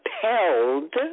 compelled